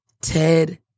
Ted